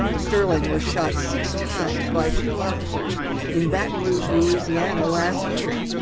sterling was shot six times by two officers in baton rouge, louisiana, last year.